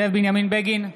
זאב בנימין בגין,